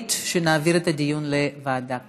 נחליט שנעביר את הדיון לוועדה כלשהי.